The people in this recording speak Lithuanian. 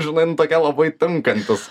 žinai nu tokia labai tinkantis